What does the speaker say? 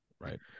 Right